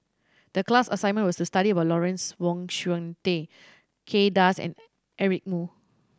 the class assignment was to study about Lawrence Wong Shyun Tsai Kay Das and Eric Moo